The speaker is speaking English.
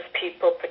people